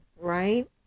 right